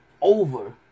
over